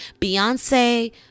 Beyonce